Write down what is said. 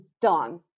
done